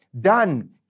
done